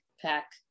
pack